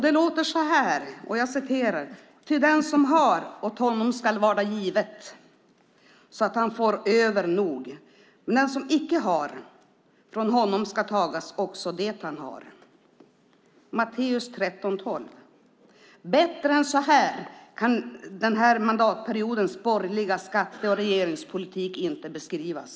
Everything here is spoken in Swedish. Det låter så här: "Ty den som har, åt honom skall varda givet, så att han får över nog; men den som icke har, från honom skall tagas också det han har." Det var Matteus 13:12. Bättre än så här kan den här mandatperiodens borgerliga skatte och regeringspolitik inte beskrivas.